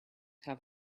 have